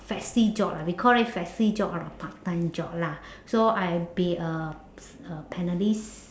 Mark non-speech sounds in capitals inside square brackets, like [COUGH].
festive job lah we call it festive job or a part time job lah [BREATH] so I be a p~ uh panelist